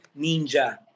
ninja